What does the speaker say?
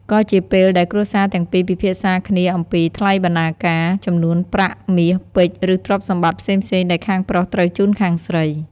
ក៏ជាពេលដែលគ្រួសារទាំងពីរពិភាក្សាគ្នាអំពី ថ្លៃបណ្ណាការ ចំនួនប្រាក់ មាសពេជ្រ ឬទ្រព្យសម្បត្តិផ្សេងៗដែលខាងប្រុសត្រូវជូនខាងស្រី។